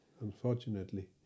Unfortunately